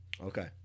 Okay